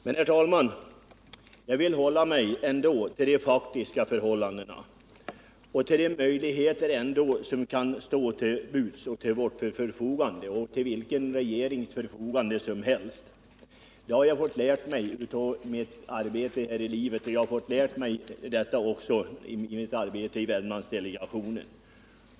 Men, herr talman, jag vill hålla mig till vad som faktiskt gäller, till de möjligheter som kan stå till vårt förfogande och till förfogande för vilken regering som det än må gälla. Att hålla mig till de faktiska förhållandena har jag fått lära mig i livet och också av mitt arbete inom Värmlandsdelegationen.